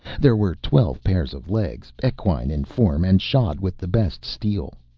there were twelve pairs of legs, equine in form and shod with the best steel.